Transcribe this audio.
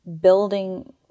building